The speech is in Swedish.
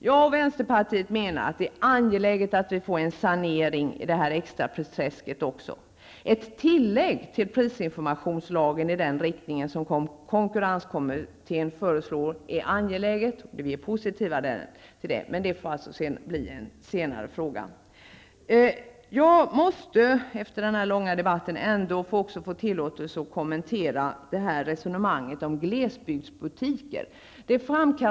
Jag och vänsterpartiet menar att det är angeläget att vi får en sanering även i extrapristräsket. Ett tillägg till prisinformationslagen i den riktning som konkurrenskommittén föreslår är angeläget. Vi är positiva till det. Men det får bli en senare fråga. Jag måste efter denna långa debatt ändå få tillåtelse att kommentera resonemanget om glesbygdsbutiker.